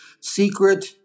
secret